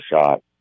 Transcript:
shot